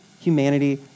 humanity